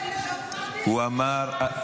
באמת, תהפוך את הנאומים שלי.